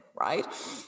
right